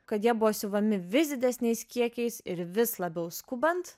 kad jie buvo siuvami vis didesniais kiekiais ir vis labiau skubant